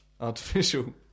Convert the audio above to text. Artificial